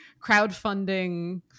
crowdfunding